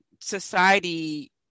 society